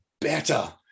better